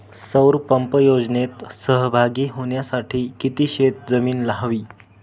सौर पंप योजनेत सहभागी होण्यासाठी किती शेत जमीन हवी?